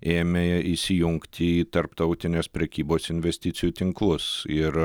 ėmė įsijungt į tarptautinės prekybos investicijų tinklus ir